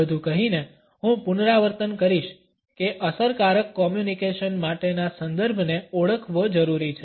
આ બધું કહીને હું પુનરાવર્તન કરીશ કે અસરકારક કોમ્યુનકેશન માટેના સંદર્ભને ઓળખવો જરૂરી છે